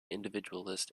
individualist